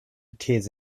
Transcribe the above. these